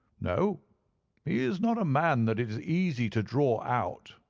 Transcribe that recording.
no he is not a man that it is easy to draw out,